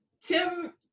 Tim